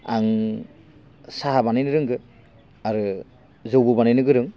आं साहा बानायनो रोंगोन आरो जौबो बानायनो गोरों